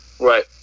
Right